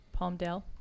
Palmdale